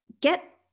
get